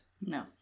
No